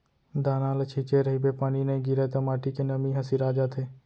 दाना ल छिंचे रहिबे पानी नइ गिरय त माटी के नमी ह सिरा जाथे